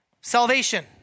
Salvation